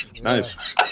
Nice